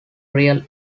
real